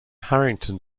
harrington